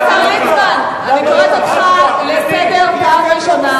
ליצמן, אני קוראת אותך לסדר פעם ראשונה.